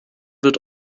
wird